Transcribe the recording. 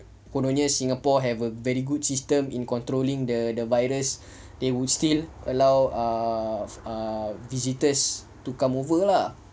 kononnya singapore have a very good system in controlling the the virus they will still allow err err visitors to come over lah